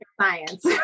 science